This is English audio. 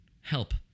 help